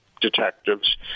detectives